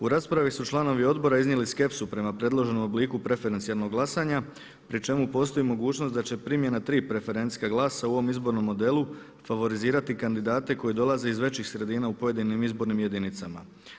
U raspravi su članovi odbora iznijeli skepsu prema predloženom obliku preferencijalnog glasanja pri čemu postoji mogućnost da će primjena 3 preferencijska glasa u ovom izbornom modelu favorizirati kandidate koji dolaze iz većih sredina u pojedinim izbornim jedinicama.